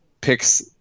picks –